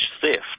theft